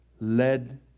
led